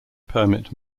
permit